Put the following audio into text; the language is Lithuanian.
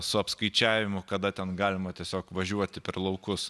su apskaičiavimu kada ten galima tiesiog važiuoti per laukus